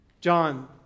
John